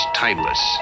timeless